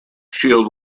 shield